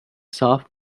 soft